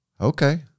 Okay